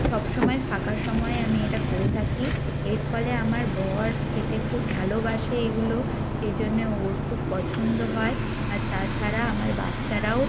সব সময় ফাঁকা সময় আমি এটা করে থাকি এর ফলে আমার বর খেতে খুব ভালোবাসে এগুলো সেই জন্যে ওর খুব পছন্দ হয় আর তাছাড়া আমার বাচ্চারাও